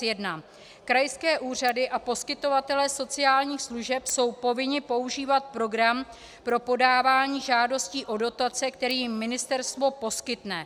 1. Krajské úřady a poskytovatelé sociálních služeb jsou povinni používat program pro podávání žádostí o dotace, který jim ministerstvo poskytne.